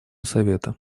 совета